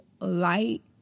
light